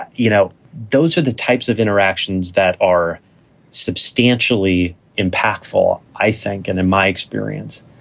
you know, those are the types of interactions that are substantially impactful, i think, and in my experience,